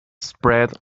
spread